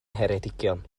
ngheredigion